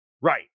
Right